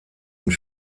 und